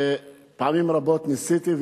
פעמים רבות ניסיתי,